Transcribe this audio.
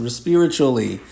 spiritually